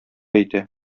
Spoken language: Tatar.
әйтә